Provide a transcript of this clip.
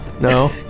No